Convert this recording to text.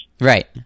right